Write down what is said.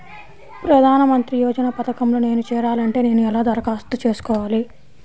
ప్రధాన మంత్రి యోజన పథకంలో నేను చేరాలి అంటే నేను ఎలా దరఖాస్తు చేసుకోవాలి?